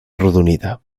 arrodonida